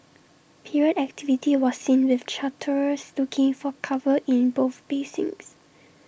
period activity was seen with charterers looking for cover in both basins